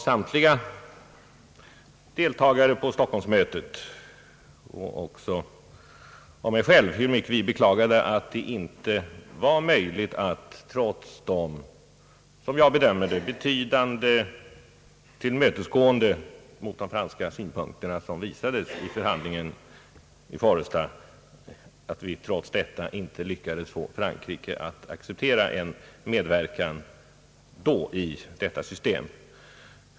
Samtliga deltagare i Stockholmsmötet, däribland jag själv, uttalade vårt beklagande av att vi trots det — även enligt min bedömning — betydande tillmötesgående som under förhandlingarna på Foresta visades de franska synpunkterna inte då lyckades få Frankrike att acceptera en medverkan i detta system.